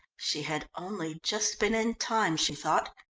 she had only just been in time, she thought.